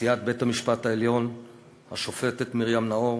נשיאת בית-המשפט העליון השופטת מרים נאור,